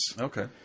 Okay